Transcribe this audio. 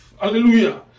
Hallelujah